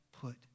put